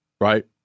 Right